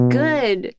good